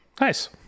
nice